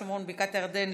שומרון ובקעת הירדן,